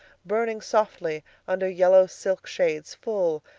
burning softly under yellow silk shades full,